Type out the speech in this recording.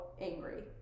angry